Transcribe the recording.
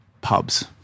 pubs